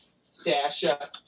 Sasha